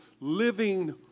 living